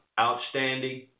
outstanding